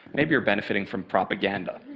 maybe you're benefiting from propaganda.